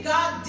God